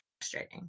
frustrating